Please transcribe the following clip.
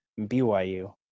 BYU